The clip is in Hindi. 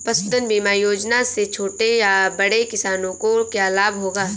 पशुधन बीमा योजना से छोटे या बड़े किसानों को क्या लाभ होगा?